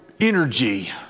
energy